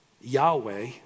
Yahweh